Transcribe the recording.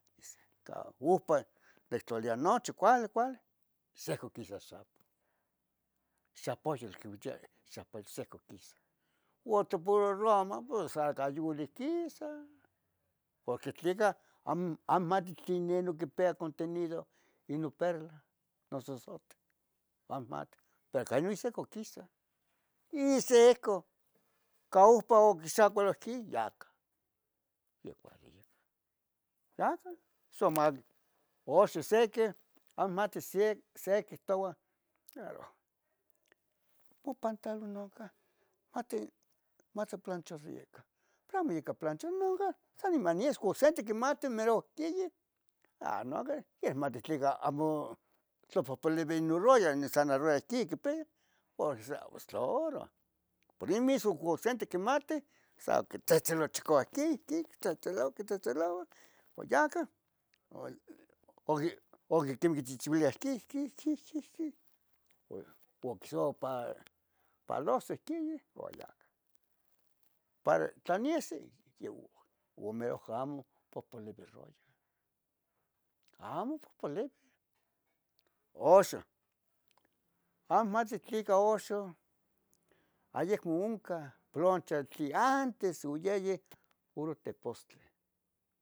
ihsica upa nihtlaliali nochi, nochi cuali, ehsehca quisa xapo, xapohyoh quiliuichia, xapohyo ihsica quisa, una tla puro roma a cayauili quisa, porque tlica amo n mati tlenon inon quipia contenido inon perla, noso zote, amo inmati, pero queno ihsico quisa, ihsico ica opa quixacualoh quin ya cah, ya cuali, ya cah, ya cah. Oxon sequi, amo mati se, se quihtoua aro mo pantalon nocah mati mota plancharoyicah pero amo ica plancha noncan san niman ocse tiquimati meronquiyih ah non qui mati tlica amo, tlpohpolivi noroyah, san noroyah icquin quipia pos tlaoro, pero nin mismo cosintiquimatih sa quitzetzeloua chiac ihquin, ihquin quitzetzeloua, quitzetzeloua oyaca oqui oquichecheli quin, quin, quin. quin. quin uan quiso palohso ihqui ya, para tlanisi youa uan meloh amo popolivi royah, amo popolivi. Oxon, amo inmati tlica oxon ayicmooncan plonchohtli antes ocatca puro tepostle